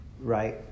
right